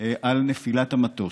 על נפילת המטוס.